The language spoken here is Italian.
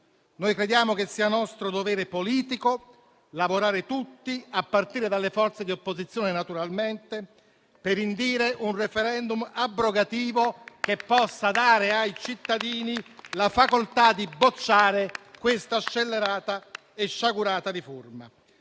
Noi crediamo che sia nostro dovere politico lavorare tutti, a partire dalle forze di opposizione, naturalmente, per indire un *referendum* abrogativo che dia ai cittadini la facoltà di bocciare questa scellerata e sciagurata riforma.